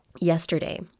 Yesterday